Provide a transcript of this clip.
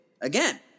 again